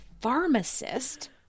pharmacist